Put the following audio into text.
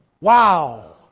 Wow